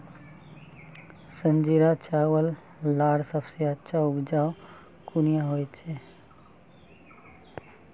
संजीरा चावल लार सबसे अच्छा उपजाऊ कुनियाँ होचए?